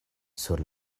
sur